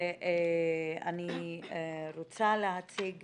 אני רוצה להציג